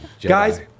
guys